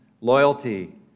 loyalty